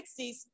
60s